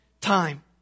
time